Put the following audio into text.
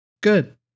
Good